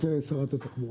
שרת התחבורה